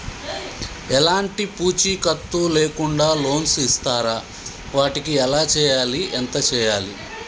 ఎలాంటి పూచీకత్తు లేకుండా లోన్స్ ఇస్తారా వాటికి ఎలా చేయాలి ఎంత చేయాలి?